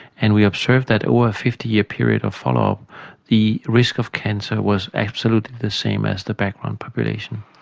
and we observed that over a fifty year period of follow-up the risk of cancer was absolutely the same as the background population.